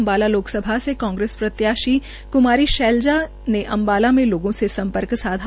अंबाला लोकसभा से कांग्रेस प्रत्याशी कुमारी सैलजा ने अंबाला में लोगों से संपर्क साधा